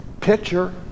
picture